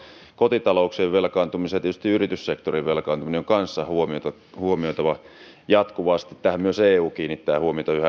kotitalouksien velkaantuminen ja tietysti yrityssektorin velkaantuminen on kanssa huomioitava jatkuvasti tähän myös eu kiinnittää huomiota yhä enemmän myös